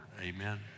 amen